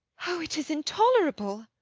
oh, it is intolerable!